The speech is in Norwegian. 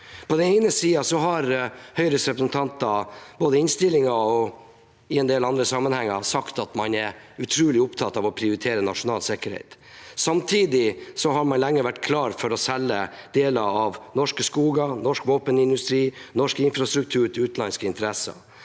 og i en del andre sammenhenger, sagt at man er utrolig opptatt av å prioritere nasjonal sikkerhet. Samtidig har man lenge vært klar for å selge deler av norske skoger, norsk våpenindustri og norsk infrastruktur til utenlandske interesser.